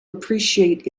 appreciate